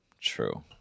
true